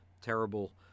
terrible